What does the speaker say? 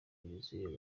yuzuyemo